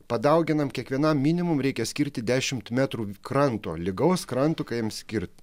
padauginam kiekvienam minimum reikia skirti dešimt metrų kranto lygaus kranto kai jam skirt